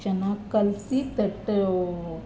ಚೆನ್ನಾಗಿ ಕಲಿಸಿ ತಟ್ಟು